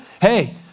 Hey